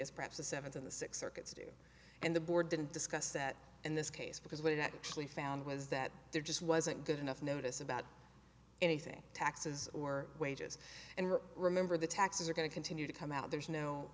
the seventh in the six circuits do and the board didn't discuss that in this case because what it actually found was that there just wasn't good enough notice about anything taxes or wages and remember the taxes are going to continue to come out there's no